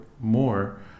more